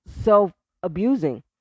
self-abusing